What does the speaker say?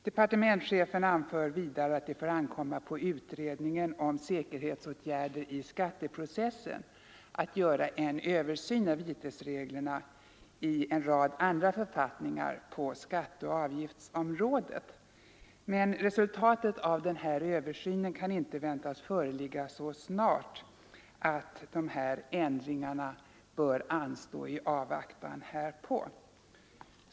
Departementschefen anför vidare att det får ankomma på utredningen om säkerhetsåtgärder i skatteprocessen att göra en översyn av vitesreglerna i en rad författningar på skatteoch avgiftsområdet. Men resultatet av den här översynen kan inte väntas föreligga så snart att ändringarna bör anstå i avvaktan härpå.